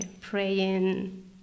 praying